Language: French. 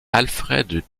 alfred